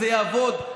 זה יעבוד?